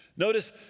Notice